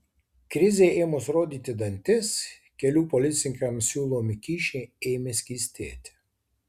krizei ėmus rodyti dantis kelių policininkams siūlomi kyšiai ėmė skystėti